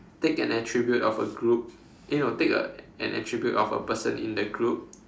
take an attribute of a group eh no take a an attribute of a person in the group